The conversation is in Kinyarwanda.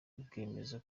bwemeza